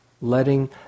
letting